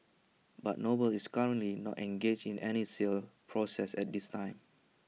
but noble is currently not engaged in any sale process at this time